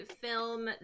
film